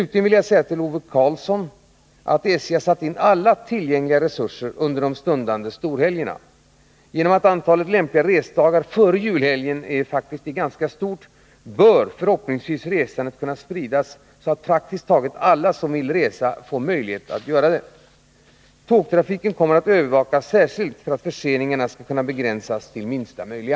Till Ove Karlsson vill jag slutligen säga att SJ satt in alla tillgängliga resurser under de stundande storhelgerna. Genom att antalet lämpliga resdagar före julhelgen är ganska stort bör resandet kunna spridas så, att praktiskt taget alla som vill resa får möjlighet till det. Tågtrafiken kommer att övervakas särskilt för att förseningarna skall kunna begränsas till minsta möjliga.